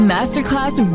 Masterclass